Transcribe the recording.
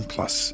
Plus